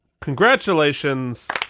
Congratulations